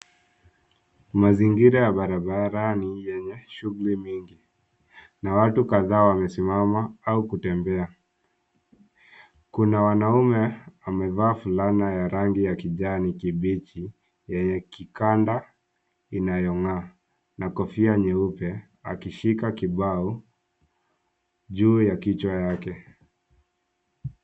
Mazingira ya barabarani yenye shughuli nyingi na watu kadhaa wamesimama au kutembea. Kuna mwanaume amevaa fulana ya rangi ya kijani kibichi yenye kikanda inayong'aa na kofia nyeupe akishika kibao juu ya kichwa yake.